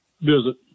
visit